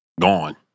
gone